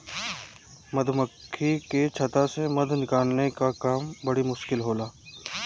मधुमक्खी के छता से मध निकाले के काम बड़ी मुश्किल होला